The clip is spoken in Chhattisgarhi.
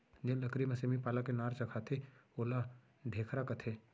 जेन लकरी म सेमी पाला के नार चघाथें ओला ढेखरा कथें